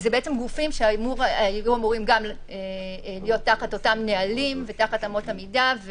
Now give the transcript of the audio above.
אלה בעצם גופים שהיו אמורים גם להיות תחת אותם נהלים ותחת אמות המידה,